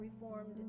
Reformed